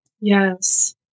Yes